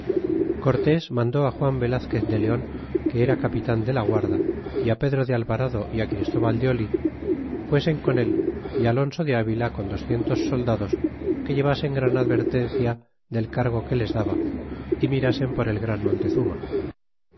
cortés mandó juan yelazquez de leon que era capitan de la guarda y á pedro de alvarado y christoval de olí fuesen con él y alonso de avila con docientos soldados que llevasen gran advertencia del cargo que les daba y mirasen por el gran montezuma